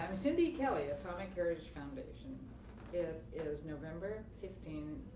um cindy kelly, atomic heritage foundation. it is november fifteen,